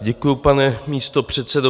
Děkuju, pane místopředsedo.